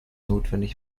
notwendig